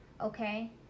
okay